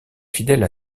fidèle